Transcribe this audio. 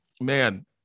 man